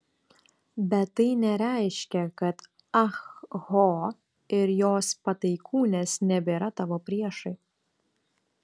bet tai nereiškia kad ah ho ir jos pataikūnės nebėra tavo priešai